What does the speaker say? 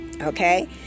Okay